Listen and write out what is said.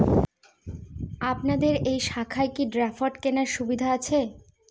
আপনাদের এই শাখায় কি ড্রাফট কেনার সুবিধা আছে?